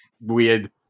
weird